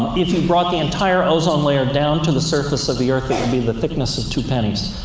if you brought the entire ozone layer down to the surface of the earth, it would be the thickness of two pennies,